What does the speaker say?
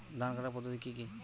ধান কাটার পদ্ধতি কি কি?